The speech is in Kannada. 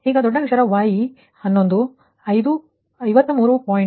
ಈಗ ದೊಡ್ಡ ಅಕ್ಷರ Y11 53